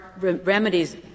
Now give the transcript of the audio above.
remedies —